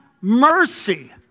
mercy